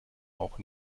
auch